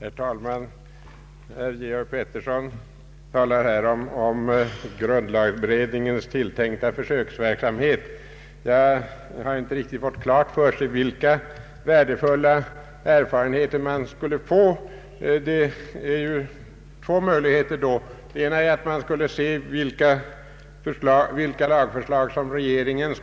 Herr talman! Herr Georg Pettersson talar om grundlagberedningens tilltänkta försöksverksamhet. Jag har inte riktigt fått klart för mig vilka värdefulla erfarenheter man skulle få. Det finns två möjligheter. Den ena är att man får se vilka lagförslag som regeringen